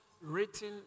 written